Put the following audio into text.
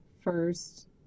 first